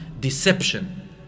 deception